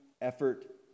effort